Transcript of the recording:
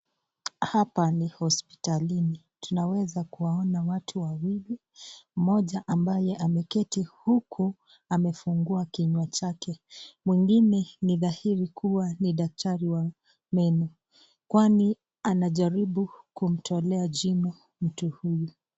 Hapa ni hospitalini tunaweza kuwaona watu wawili mmoja ambaye ameketi huku amefungua kinywa chake, mwengine ni dhahiri kuwa ni daktari wa meno, kwani anajaribu kumtolea jino mtu huyu.